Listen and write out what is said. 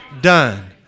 done